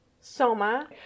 soma